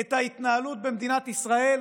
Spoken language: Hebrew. את ההתנהלות במדינת ישראל?